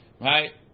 Right